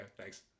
Thanks